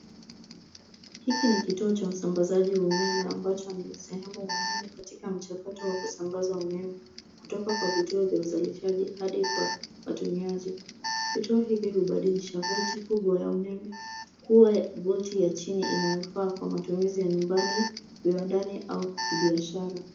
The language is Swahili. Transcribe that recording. Hiki ni kituo cha usambazaji wa umeme ambacho ni sehemu muhimu katika mchakato wa kusambaza umeme kutoka kwa vituo vya uzalishaji hadi kwa watumiaji. Vituo hivi hubadilisha volti kubwa ya umeme kuwa volti ya chini inayofaa kwa matumizi ya nyumbani, viwandani au kibiashara.